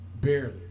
Barely